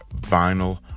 vinyl